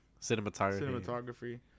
cinematography